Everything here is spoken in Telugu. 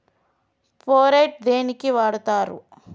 ఫోరెట్ దేనికి వాడుతరు?